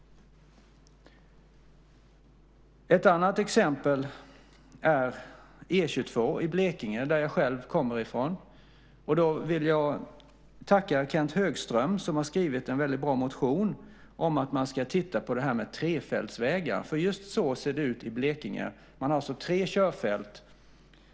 Ett annat exempel är E 22 i Blekinge, som jag själv kommer ifrån. Jag vill tacka Kenth Högström som har skrivit en väldigt bra motion om att titta på detta med trefältsvägar, för just så ser det ut i Blekinge. Där är det alltså tre körfält.